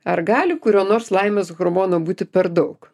ar gali kurio nors laimės hormono būti per daug